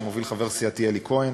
שמוביל חבר סיעתי אלי כהן,